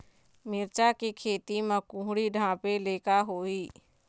मिरचा के खेती म कुहड़ी ढापे ले का होही?